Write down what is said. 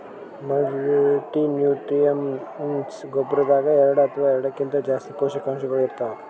multinutrients ಗೊಬ್ಬರದಾಗ್ ಎರಡ ಅಥವಾ ಎರಡಕ್ಕಿಂತಾ ಜಾಸ್ತಿ ಪೋಷಕಾಂಶಗಳ್ ಇರ್ತವ್